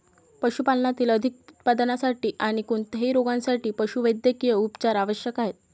पशुपालनातील अधिक उत्पादनासाठी आणी कोणत्याही रोगांसाठी पशुवैद्यकीय उपचार आवश्यक आहेत